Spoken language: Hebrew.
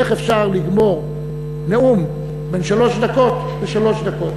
איך אפשר לגמור נאום בן שלוש דקות בשלוש דקות.